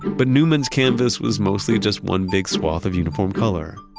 but newman's canvas was mostly just one big swath of uniform color.